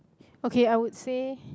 okay I would say